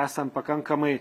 esam pakankamai